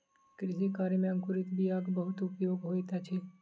कृषि कार्य में अंकुरित बीयाक बहुत उपयोग होइत अछि